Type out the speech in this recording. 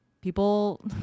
people